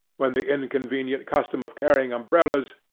when the inconvenient custom of carrying umbrellas,